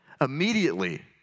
Immediately